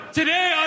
today